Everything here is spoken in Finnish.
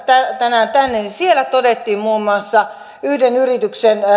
tänään tänne ja siellä todettiin muun muassa yhden yrityksen